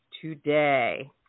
today